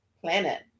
Planet